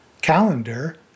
Calendar